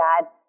God